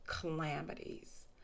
calamities